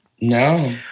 no